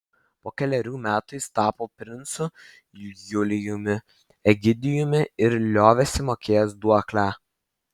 po kelerių metų jis tapo princu julijumi egidijumi ir liovėsi mokėjęs duoklę